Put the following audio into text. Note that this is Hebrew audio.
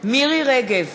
מירי רגב,